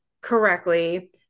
correctly